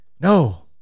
No